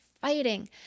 fighting